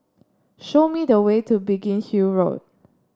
show me the way to Biggin Hill Road